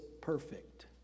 perfect